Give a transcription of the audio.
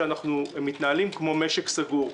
שאנחנו מתנהלים כמו משק סגור,